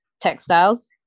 textiles